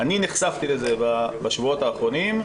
אני נחשפתי לזה בשבועות האחרונים.